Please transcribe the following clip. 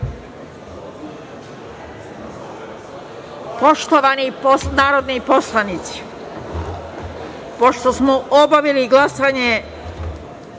Poštovani narodni poslanici, pošto smo obavili glasanje